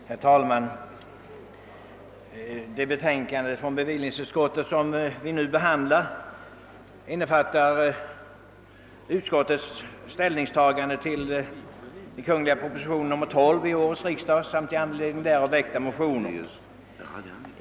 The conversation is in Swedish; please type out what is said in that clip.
Herr talman! Det betänkande från bevillningsutskottet, som vi nu behandlar, innefattar utskottets ställningstagande till propositionen nr 12 till årets riksdag samt i anledning därav väckta motioner.